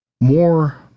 more